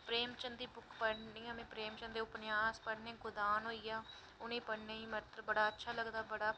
प्रेम चन्द दी बुक्क पढ़नी आं में प्रेम चन्द दे उपन्यास पढ़ने गोदान होइयै इनेगी पढ़ना बड़ा अच्छा लगदा मतलव बड़ा